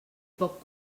poc